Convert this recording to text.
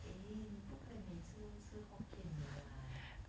eh 你不可以每次都吃 hokkien mee lah